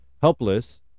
helpless